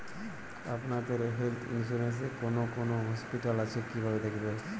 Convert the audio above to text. আপনাদের health insurance এ কোন কোন হসপিটাল আছে কিভাবে দেখবো?